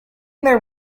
their